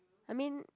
I mean